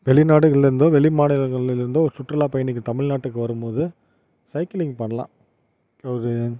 வெளி நாடுகளில் இருந்தோ வெளி மாநிலங்களில் இருந்தோ சுற்றுலாப் பயணிகள் தமிழ்நாட்டுக்கு வரும்போது சைக்கிளிங் பண்ணலாம் அதாவது